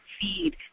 feed